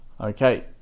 Okay